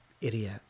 idiot